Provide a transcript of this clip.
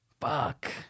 Fuck